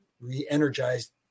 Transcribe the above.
re-energized